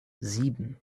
sieben